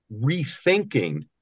rethinking